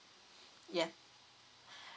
ya